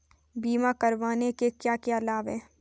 बीमा करवाने के क्या क्या लाभ हैं?